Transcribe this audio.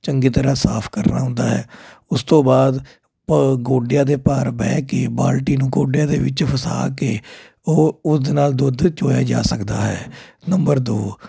ਚੰਗੀ ਤਰ੍ਹਾਂ ਸਾਫ ਕਰਨਾ ਹੁੰਦਾ ਹੈ ਉਸ ਤੋਂ ਬਾਅਦ ਗੋਡਿਆਂ ਦੇ ਭਾਰ ਬਹਿ ਕੇ ਬਾਲਟੀ ਨੂੰ ਗੋਡਿਆਂ ਦੇ ਵਿੱਚ ਫਸਾ ਕੇ ਉਹ ਉਹਦੇ ਨਾਲ ਦੁੱਧ ਚੋਇਆ ਜਾ ਸਕਦਾ ਹੈ ਨੰਬਰ ਦੋ